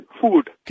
food